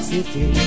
City